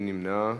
מי נמנע?